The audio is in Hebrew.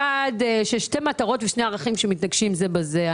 שתי מטרות ושני ערכים שמתנגשים זה בזה.